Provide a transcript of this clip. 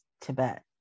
Tibet